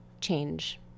change